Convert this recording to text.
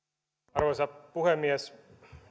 arvoisa puhemies